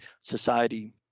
society